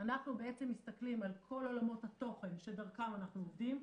אנחנו מסתכלים על כל עולמות התוכן שדרכם אנחנו עובדים.